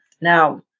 Now